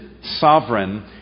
sovereign